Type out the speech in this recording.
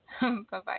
Bye-bye